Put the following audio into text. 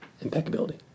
Impeccability